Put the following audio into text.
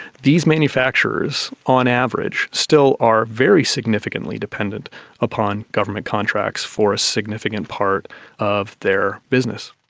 these manufacturers on average still are very significantly dependent upon government contracts for a significant part of their business.